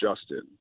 Justin